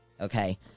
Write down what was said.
Okay